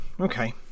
Okay